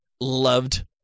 loved